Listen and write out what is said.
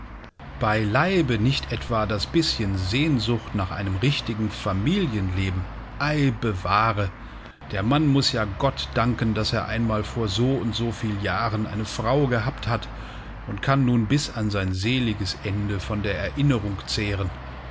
beileibe nicht etwa das bißchen sehnsucht nach einem richtigen familienleben ei bewahre der mann muß ja gott danken daß er einmal vor so und so viel jahren eine frau gehabt hat und kann nun bis an sein seliges ende von der erinnerung zehren